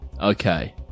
Okay